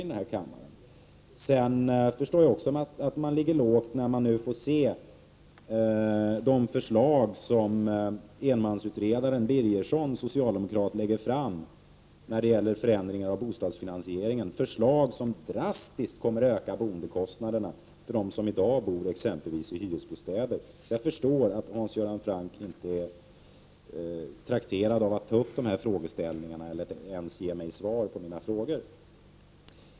Dessutom förstår jag att socialdemokraterna ligger lågt, när man nu får se det förslag som enmansutredaren socialdemokraten Birgersson lägger fram om förändringar av bostadsfinansieringen. Det är ett förslag som, om det genomförs, drastiskt kommer att öka boendekostnaderna för dem som i dag bor exempelvis i hyresbostäder. Jag förstår att Hans Göran Franck inte är trakterad av att ta upp de frågeställningarna eller ens ge mig svar på mina frågor.